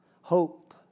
Hope